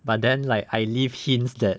but then like I give hints that